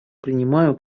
принимаю